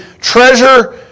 treasure